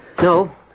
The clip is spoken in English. No